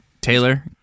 Taylor